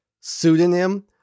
pseudonym